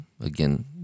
Again